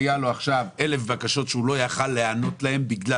היה לו עכשיו 1,000 בקשות שהוא לא יכול היה להיענות להן בגלל